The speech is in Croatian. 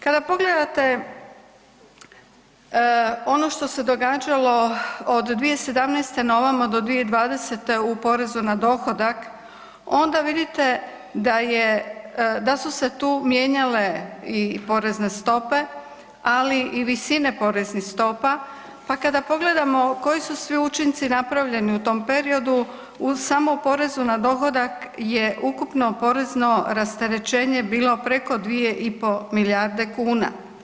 Kada pogledate ono što se događalo od 2017. na ovamo, do 2020. u porezu na dohodak, onda vidite da je, da su se tu mijenjale i porezne stope, ali i visine poreznih stopa, pa kada pogledamo koji su svi učinci napravljeni u tom periodu u samo porezu na dohodak je ukupno porezno rasterećenje bilo preko 2,5 milijarde kuna.